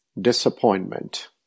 disappointment